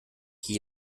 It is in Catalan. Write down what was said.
qui